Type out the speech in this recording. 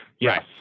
yes